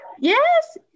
yes